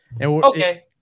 Okay